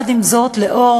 עם זאת, לאחר